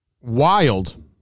wild